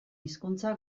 hizkuntza